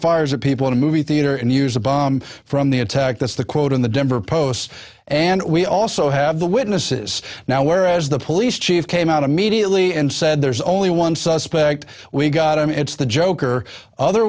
fires a people in a movie theater and use a bomb from the attack that's the quote in the denver post and we also have the witnesses now whereas the police chief came out a mediately and said there's only one suspect we got i mean it's the joker other